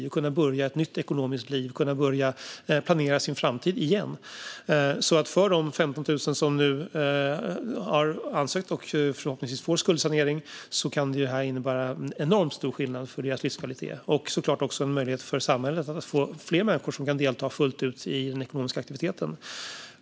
Man kan börja ett nytt ekonomiskt liv och kan börja planera sin framtid igen. För de 15 000 som nu har ansökt om skuldsanering och förhoppningsvis får en sådan kan detta innebära en enormt stor skillnad för deras livskvalitet. Det är såklart också en möjlighet för samhället att få fler människor som fullt ut kan delta i den ekonomiska aktiviteten.